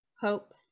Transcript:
hope